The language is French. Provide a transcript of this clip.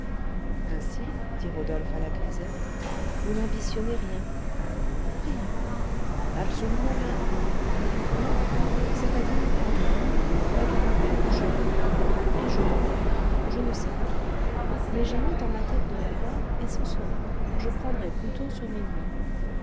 ainsi dit rodolphe à la grisette vous n'ambitionnez rien rien absolument rien non c'est-à-dire entendons-nous ma garniture de cheminée et je l'aurai je ne sais pas quand mais j'ai mis dans ma tête de l'avoir et ce sera je prendrai plutôt sur mes nuits